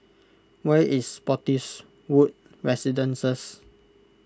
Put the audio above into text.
where is Spottiswoode Residences